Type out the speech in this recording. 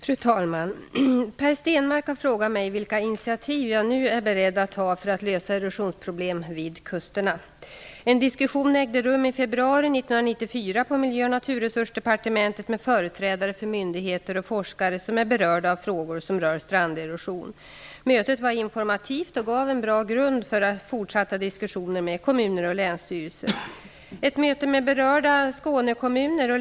Fru talman! Per Stenmarck har frågat mig vilka initiativ jag nu är beredd att ta för att lösa erosionsproblem vid kusterna. En diskussion ägde rum i februari 1994 på Miljöoch naturresursdepartementet med företrädare för myndigheter och forskare som är berörda av frågor som rör stranderosion. Mötet var informativt och gav en bra grund för fortsatta diskussioner med kommuner och länsstyrelser.